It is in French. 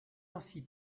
ainsi